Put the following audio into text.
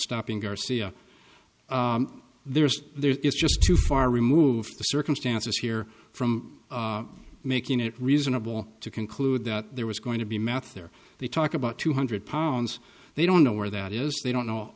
stopping garcia there is there is just too far removed the circumstances here from making it reasonable to conclude that there was going to be math there they talk about two hundred pounds they don't know where that is they don't know